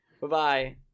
Bye-bye